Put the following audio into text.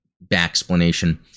back-explanation